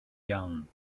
iawn